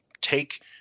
take